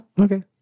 Okay